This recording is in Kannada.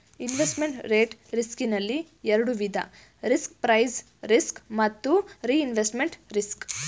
ಇನ್ವೆಸ್ಟ್ಮೆಂಟ್ ರೇಟ್ ರಿಸ್ಕ್ ನಲ್ಲಿ ಎರಡು ವಿಧ ರಿಸ್ಕ್ ಪ್ರೈಸ್ ರಿಸ್ಕ್ ಮತ್ತು ರಿಇನ್ವೆಸ್ಟ್ಮೆಂಟ್ ರಿಸ್ಕ್